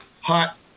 hot